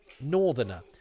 northerner